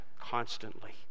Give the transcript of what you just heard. constantly